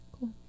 cool